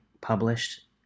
published